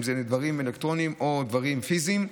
אם זה דברים אלקטרוניים או דברים פיזיים.